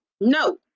No